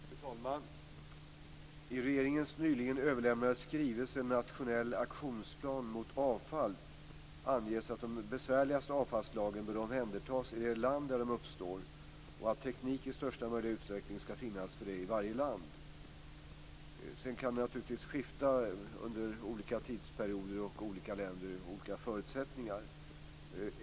Fru talman! I regeringens nyligen överlämnade skrivelse Nationell aktionsplan mot avfall anges att de besvärligaste avfallsslagen bör omhändertas i det land där de uppstår och att teknik i största möjliga utsträckning skall finnas för det i varje land. Sedan kan det naturligtvis skifta under olika tidsperioder mellan olika länder och olika förutsättningar.